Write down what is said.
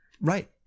Right